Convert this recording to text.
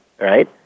right